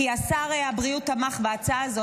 כי שר הבריאות תמך בהצעה הזאת.